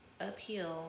uphill